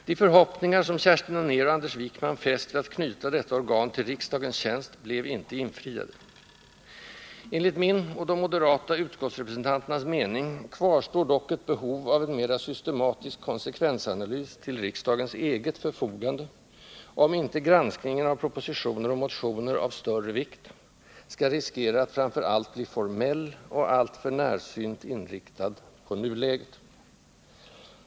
De förhoppningar som Kerstin Anér och Anders Wijkman fäst vid att knyta detta organ till riksdagen blev inte infriade. Enligt min och övriga moderata utskottsrepresentanters mening kvarstår dock ett behov av en mera systematisk konsekvensanalys till riksdagens eget förfogande, om inte granskningen av propositioner och motioner av större vikt skall riskera att framför allt bli formell och alltför närsynt inriktad på nuläget.